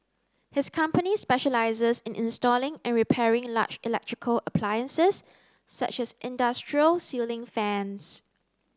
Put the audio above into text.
his company specialises in installing and repairing large electrical appliances such as industrial ceiling fans